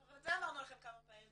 גם את זה אמרנו לכם כמה פעמים,